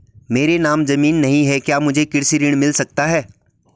मेरे नाम ज़मीन नहीं है क्या मुझे कृषि ऋण मिल सकता है?